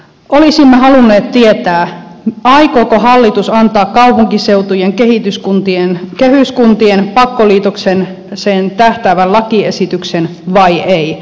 olisimme halunneet tietää aikooko hallitus antaa kaupunkiseutujen kehyskuntien pakkoliitokseen tähtäävän lakiesityksen vai ei